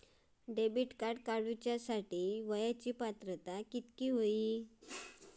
Debit card काढूसाठी किती वयाची पात्रता असतात?